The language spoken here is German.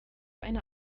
eine